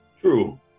True